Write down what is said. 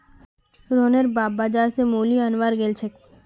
रोहनेर बाप बाजार स मूली अनवार गेल छेक